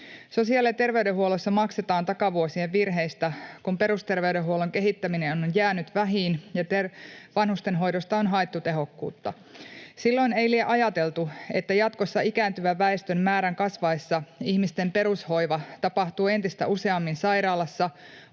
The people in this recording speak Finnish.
Sosiaali- ja terveydenhuollossa maksetaan takavuosien virheistä, kun perusterveydenhuollon kehittäminen on jäänyt vähiin ja vanhustenhoidosta on haettu tehokkuutta. Silloin ei liene ajateltu, että jatkossa ikääntyvän väestön määrän kasvaessa ihmisten perushoiva tapahtuu entistä useammin sairaalassa,